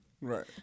right